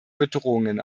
bedrohungen